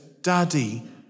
Daddy